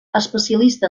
especialista